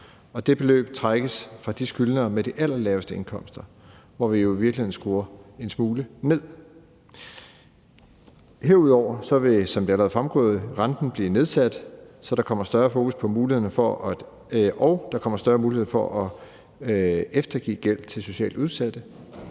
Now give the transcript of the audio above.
det beløb trækkes fra skyldnere med de allerlaveste indkomster, hvor vi jo i virkeligheden skruer en smule ned. Herudover vil renten, som det allerede er fremgået, blive nedsat, der bliver større mulighed for at eftergive gæld til socialt udsatte,